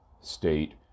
state